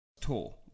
tour